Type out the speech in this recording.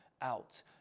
out